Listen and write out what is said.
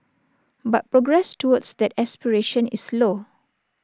but progress towards that aspiration is slow